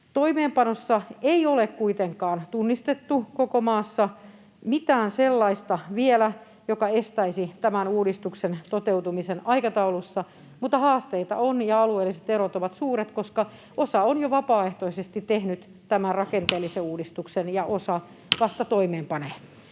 Toimeenpanossa ei ole kuitenkaan tunnistettu koko maassa vielä mitään sellaista, joka estäisi tämän uudistuksen toteutumisen aikataulussa, mutta haasteita on, ja alueelliset erot ovat suuret, koska osa on jo vapaaehtoisesti tehnyt tämän rakenteellisen uudistuksen ja osa vasta toimeenpanee.